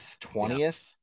20th